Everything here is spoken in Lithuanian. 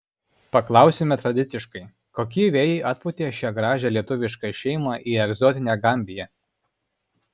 paklausime tradiciškai kokie vėjai atpūtė šią gražią lietuvišką šeimą į egzotinę gambiją